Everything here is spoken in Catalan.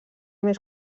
més